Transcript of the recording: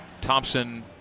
Thompson